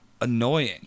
annoying